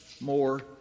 more